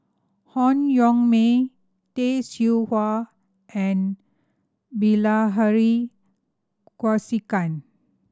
Han Yong May Tay Seow Huah and Bilahari Kausikan